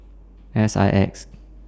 S I X